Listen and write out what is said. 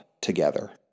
together